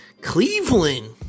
Cleveland